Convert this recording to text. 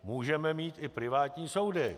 Můžeme mít i privátní soudy.